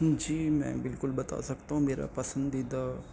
جی میں بالکل بتا سکتا ہوں میرا پسندیدہ